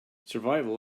survival